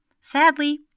Sadly